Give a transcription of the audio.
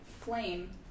flame